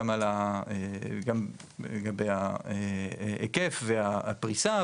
גם לגבי ההיקף והפריסה,